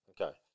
Okay